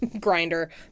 grinder